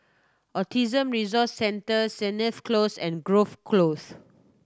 Autism Resource Centre Sennett Close and Grove Close